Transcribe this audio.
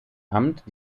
amt